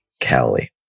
Cowley